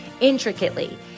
intricately